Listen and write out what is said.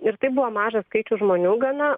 ir tai buvo mažas skaičius žmonių gana